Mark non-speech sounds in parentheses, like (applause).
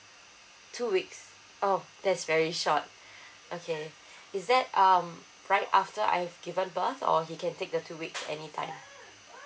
two weeks oh that's very short (breath) okay (breath) is that um right after I've given birth or he can take the two weeks anytime